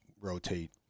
rotate